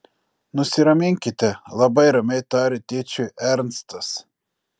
nusiraminkite labai ramiai tarė tėčiui ernstas